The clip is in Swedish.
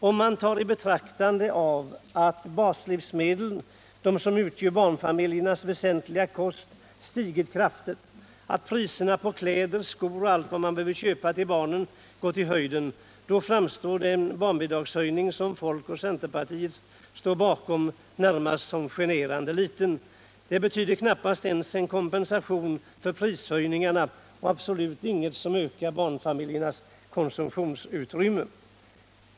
Om man tar i betraktande att baslivsmedlen, som ju utgör barnfamiljernas väsentliga kost, har stigit kraftigt och att även priserna på kläder, skor och allt vad man behöver köpa till barnen gått i höjden, framstår den barnbidragshöjning som folkpartiet och centerpartiet står bakom närmast som generande liten. Den betyder knappast ens en kompensation för prishöjningarna och är absolut ingenting som ökar barnfamiljernas konsumtionsutrymme.